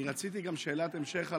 אבל אני רציתי גם שאלת המשך על,